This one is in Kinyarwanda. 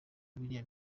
biriya